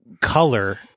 color